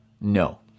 No